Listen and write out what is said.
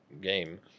game